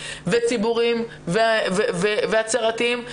ציבוריים והצהרתיים.